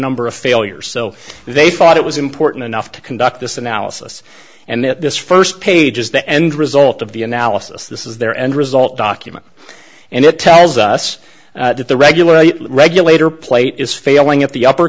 number of failures so they thought it was important enough to conduct this analysis and that this first page is the end result of the analysis this is their end result document and it tells us that the regular regulator plate is failing at the upper